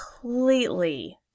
completely